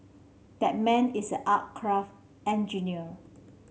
that man is aircraft engineer